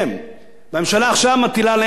והממשלה עכשיו מטילה עליהם עול נוסף.